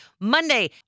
Monday